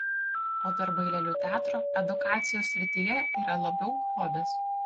o darbai lėlių teatro edukacijos srityje yra labiau hobis